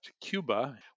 Cuba